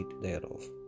thereof